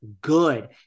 good